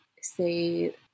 say